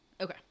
Okay